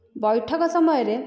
ବୈଠକ ସମୟରେ